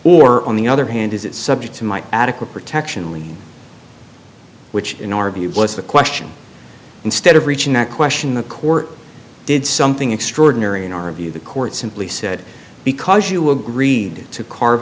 or on the other hand is it subject to my adequate protection lead which in our view was the question instead of reaching that question the court did something extraordinary in our view the court simply said because you agreed to carve